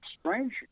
strange